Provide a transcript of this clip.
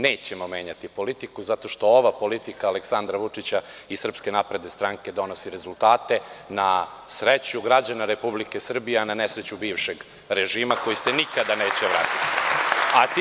Nećemo menjati politiku zato što ova politika Aleksandra Vučića i SNS donosi rezultate na sreću građana Republike Srbije, a na nesreću bivšeg režima koji se nikada neće vratiti.